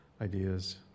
ideas